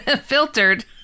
filtered